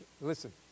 Listen